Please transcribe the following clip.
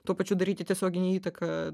tuo pačiu daryti tiesioginę įtaką